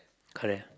correct